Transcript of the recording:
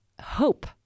hope